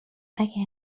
اگر